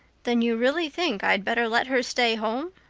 then you really think i'd better let her stay home,